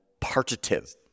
partitive